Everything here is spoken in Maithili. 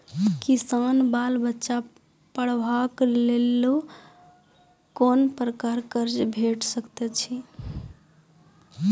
किसानक बाल बच्चाक पढ़वाक लेल कून प्रकारक कर्ज भेट सकैत अछि?